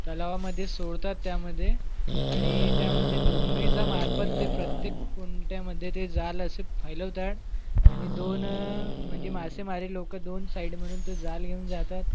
तलावामध्ये सोडतात त्यामध्ये आणि त्यामध्ये डोंगीच्या मार्फत प्रत्येक कुंट्यामध्ये ते जाळं अशी फैलावतात आणि दोन म्हणजे मासेमारी लोकं दोन साईड म्हणून ते जाळं घेऊन जातात